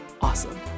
Awesome